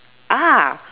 ah